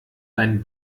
dein